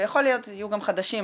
ויכול להיות שיהיו גם חדשים,